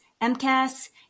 MCAS